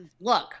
look